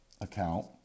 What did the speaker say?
account